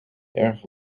erg